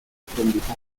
aprendizaje